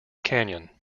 canyon